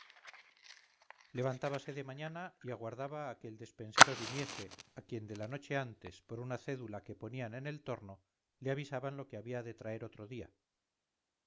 daba levantábase de mañana y aguardaba a que el despensero viniese a quien de la noche antes por una cédula que ponían en el torno le avisaban lo que había de traer otro día